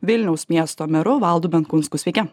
vilniaus miesto meru valdu benkunsku sveiki